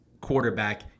quarterback